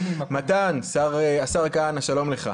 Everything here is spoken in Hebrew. השר כהנא, שלום לך.